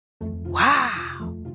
wow